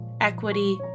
equity